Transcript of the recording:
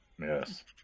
Yes